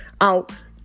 out